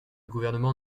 gouvernement